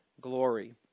glory